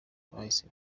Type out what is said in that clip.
bahise